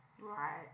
right